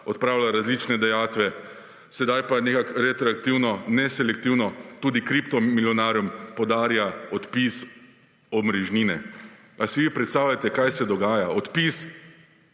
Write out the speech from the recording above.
odpravila različne dajatve, sedaj pa nekako retroaktivno, neselektivno tudi kriptomilijonarjem podarja odpis omrežnine. A si vi predstavljate, kaj se dogaja? Odpis